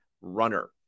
runner